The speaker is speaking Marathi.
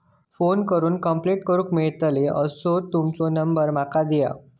फोन करून कंप्लेंट करूक मेलतली असो तुमचो नंबर माका दिया?